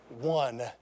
one